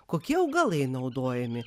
kokie augalai naudojami